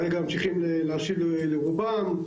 כרגע ממשיכים להשיב לרובם.